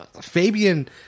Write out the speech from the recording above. Fabian